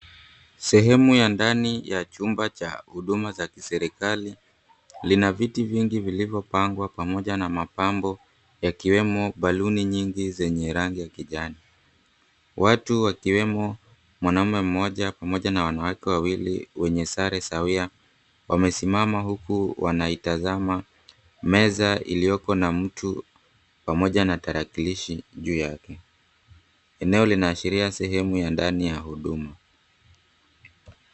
Sehemu ya ndani ya chumba cha huduma za kiserikali lina viti vingi vilivyopangwa pamoja na mapambo yakiwemo baloon nyingi zenye rangi ya kijani. Watu wakiwemo mwanaume mmoja pamoja na wanawake wawili wenye sare sawia wamesimama huku wanaitazama meza iliyoko na mtu pamoja na tarakilishi juu yake. Eneo linaashiria sehemu ya ndani ya huduma.